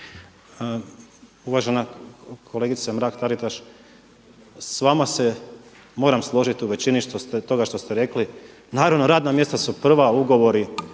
Uvažena kolegice Mrak-Taritaš. S vama se moram složiti u većini toga što ste rekli, naravno radna mjesta su prva, ugovori